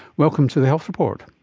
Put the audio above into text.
welcome to the health report.